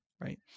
Right